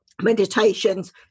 meditations